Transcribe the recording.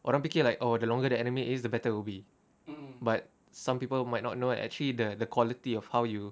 orang fikir like oh the longer the anime is the better it will be but some people might not know actually the the quality of how you